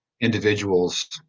individuals